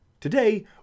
Today